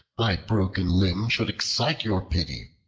my broken limb should excite your pity.